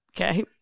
Okay